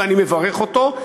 ואני מברך אותו,